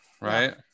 right